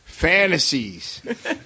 fantasies